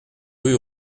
rue